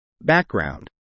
Background